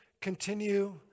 continue